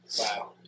Wow